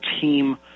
team